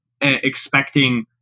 expecting